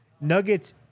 Nuggets